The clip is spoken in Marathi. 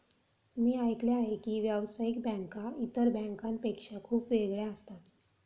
मी ऐकले आहे की व्यावसायिक बँका इतर बँकांपेक्षा खूप वेगळ्या असतात